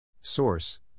Source